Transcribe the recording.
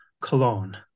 Cologne